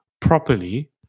properly